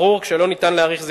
ברור שכשלא ניתן להאריך זיכיון,